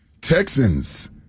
Texans